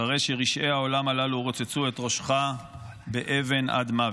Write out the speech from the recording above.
אחרי שרשעי העולם הללו רוצצו את ראשך באבן עד מוות.